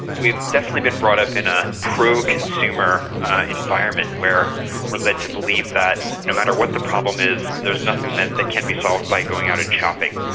we've definitely been brought up in a pro-consumer environment, where we're led to believe that no matter what the problem is, there's nothing that that can't be solved by going out and shopping,